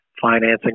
financing